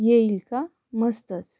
येईल का मस्तच